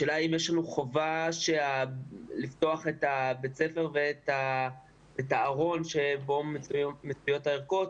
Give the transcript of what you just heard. השאלה אם יש לנו חובה לפתוח את בית הספר ואת הארון שבו מצויות הערכות